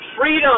freedom